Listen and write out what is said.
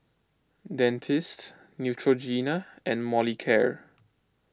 Dentiste Neutrogena and Molicare